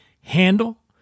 handle